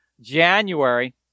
January